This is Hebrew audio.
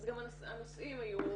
אז גם הנושאים היו